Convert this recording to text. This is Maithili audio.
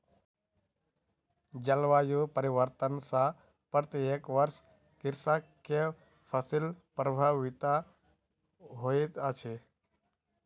जलवायु परिवर्तन सॅ प्रत्येक वर्ष कृषक के फसिल प्रभावित होइत अछि